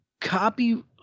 copy